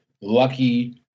lucky